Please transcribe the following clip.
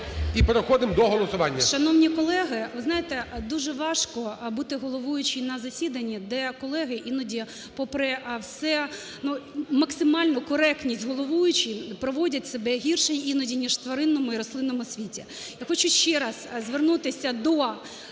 І переходимо до голосування.